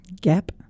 Gap